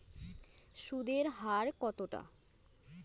সুদের হার কতটা?